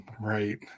Right